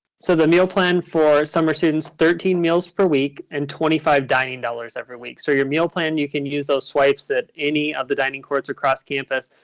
so the meal plan for summer students, thirteen meals per week and twenty five dining dollars every week. so your meal plan, you can use those swipes at any of the dining courts across campus.